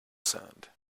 sand